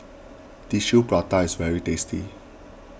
Tissue Prata is very tasty